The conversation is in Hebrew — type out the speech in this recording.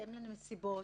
בהתאם לנסיבות,